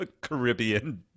Caribbean